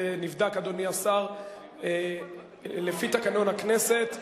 זה נבדק, אדוני השר, לפי תקנון הכנסת.